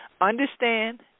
Understand